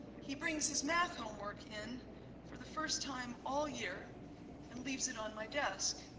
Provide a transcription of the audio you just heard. he brings his math homework in for the first time all year and leaves it on my desk.